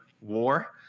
war